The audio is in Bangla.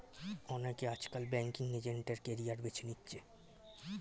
অনেকে আজকাল ব্যাঙ্কিং এজেন্ট এর ক্যারিয়ার বেছে নিচ্ছে